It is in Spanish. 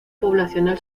poblacional